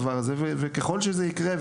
ככל שזה יקרה,